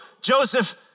Joseph